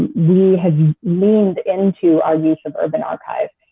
we have leaned into our recent urban archives,